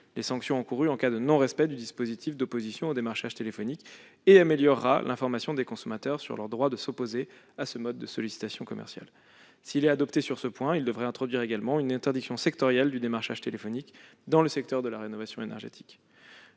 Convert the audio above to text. les sanctions encourues en cas de non-respect du dispositif d'opposition au démarchage téléphonique et améliorera l'information des consommateurs sur leur droit de s'opposer à ce mode de sollicitation commerciale. S'il est adopté sur ce point, il devrait également introduire une interdiction du démarchage téléphonique dans le secteur de la rénovation énergétique.